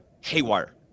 haywire